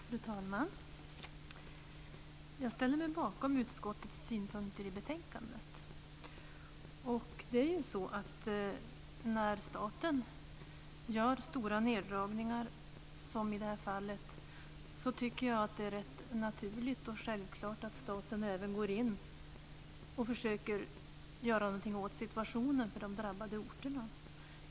Fru talman! Jag ställer mig bakom utskottets synpunkter i betänkandet. När staten gör stora neddragningar, som i det här fallet, är det, tycker jag, rätt naturligt och självklart att staten även går in och försöker göra något åt situationen på de drabbade orterna.